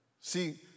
See